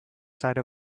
side